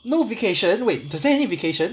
no vacation wait is there vacation